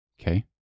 okay